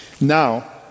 Now